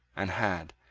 and had,